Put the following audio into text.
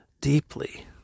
deeply